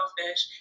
fish